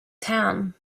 town